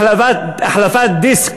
החלפת דיסק